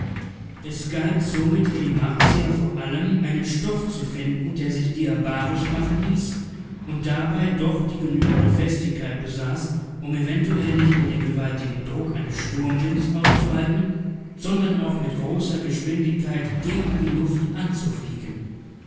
es galt somit für die martier vor allem einen stoff zu finden der sich diabarisch machen ließ und dabei doch die genügende festigkeit besaß um eventuell nicht nur den gewaltigen druck eines sturmwindes auszuhalten sondern auch mit großer geschwindigkeit gegen die luft anzufliegen